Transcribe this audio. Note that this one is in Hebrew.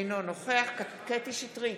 אינו נוכח קטי קטרין שטרית,